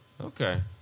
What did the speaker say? okay